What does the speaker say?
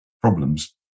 problems